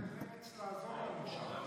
ההצעה להעביר את הנושא לוועדת החוץ